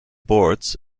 boards